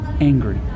angry